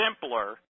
simpler